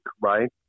right